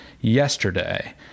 yesterday